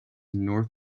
north